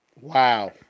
Wow